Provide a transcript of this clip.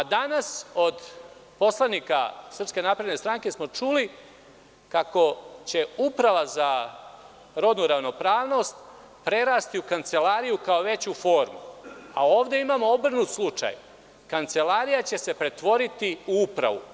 Danas od poslanika SNS smo čuli kako će Uprava za rodnu ravnopravnost prerasti u Kancelariju kao veću formu, a ovde imamo jedan obrnuti slučaj, Kancelarija će se pretvoriti u Upravu.